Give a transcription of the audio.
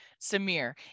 Samir